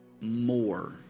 more